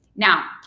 Now